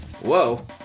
Whoa